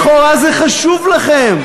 לכאורה זה חשוב לכם.